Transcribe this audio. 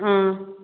ꯑꯥ